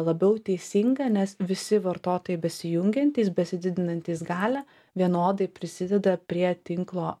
labiau teisinga nes visi vartotojai besijungiantys besididinantys galią vienodai prisideda prie tinklo